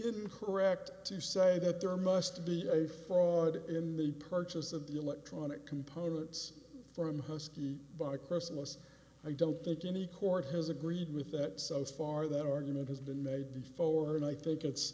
correct to say that there must be a fraud in the purchase of the electronic components from host the by christmas i don't think any court has agreed with that so far that argument has been made before and i think it's